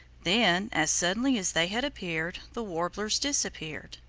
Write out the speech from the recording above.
then, as suddenly as they had appeared, the warblers disappeared.